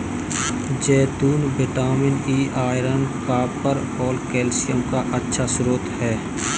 जैतून vitamin E, iron, copper और calcium का अच्छा स्रोत हैं